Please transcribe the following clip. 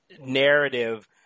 narrative